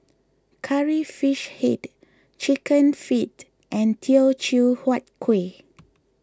Curry Fish Head Chicken Feet and Teochew Huat Kueh